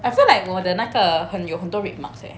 I feel like 我的那个很有很多 red marks eh